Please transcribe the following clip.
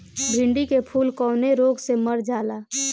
भिन्डी के फूल कौने रोग से मर जाला?